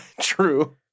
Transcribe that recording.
true